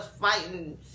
fighting